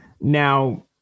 now